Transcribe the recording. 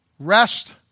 Rest